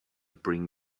bring